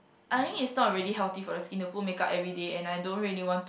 I think it's not really healthy for the skin to put make-up everyday and I don't really want to